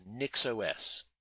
NixOS